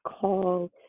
call